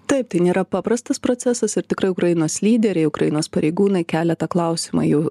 taip tai nėra paprastas procesas ir tikrai ukrainos lyderiai ukrainos pareigūnai kelia tą klausimą jau